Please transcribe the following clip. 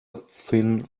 thin